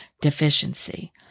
deficiency